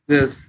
Yes